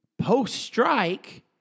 Post-strike